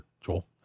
Joel